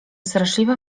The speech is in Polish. straszliwa